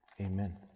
Amen